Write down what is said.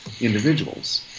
individuals